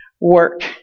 work